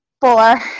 Four